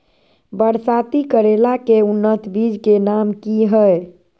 बरसाती करेला के उन्नत बिज के नाम की हैय?